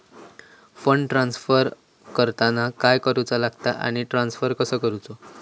Fund transfer करताना काय करुचा लगता आनी ट्रान्स्फर कसो करूचो?